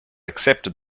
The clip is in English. accepted